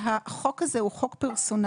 והחוק הזה הוא חוק פרסונלי,